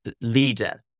leader